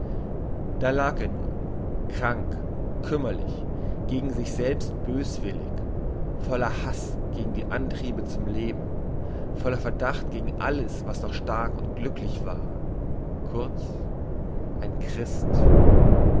da lag er nun krank kümmerlich gegen sich selbst böswillig voller hass gegen die antriebe zum leben voller verdacht gegen alles was noch stark und glücklich war kurz ein christ